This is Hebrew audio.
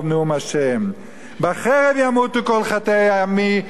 בחרב ימותו כל חטאי עמי האמרים לא תגיש ותקדים